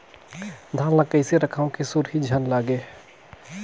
धान ल कइसे रखव कि सुरही झन लगे?